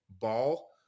ball